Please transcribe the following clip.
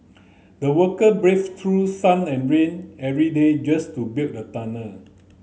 the worker braved through sun and rain every day just to build the tunnel